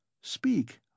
speak